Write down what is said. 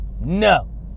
no